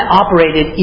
operated